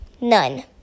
None